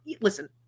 listen